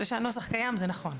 זה שהנוסח קיים, זה נכון.